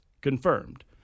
confirmed